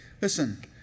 Listen